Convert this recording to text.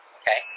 okay